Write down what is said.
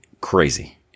crazy